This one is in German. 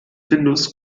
findus